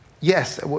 yes